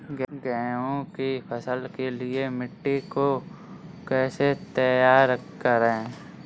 गेहूँ की फसल के लिए मिट्टी को कैसे तैयार करें?